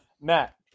Matt